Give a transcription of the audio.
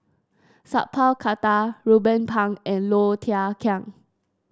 Sat Pal Khattar Ruben Pang and Low Thia Khiang